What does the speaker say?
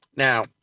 Now